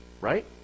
Right